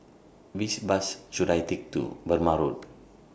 Which Bus should I Take to Burmah Road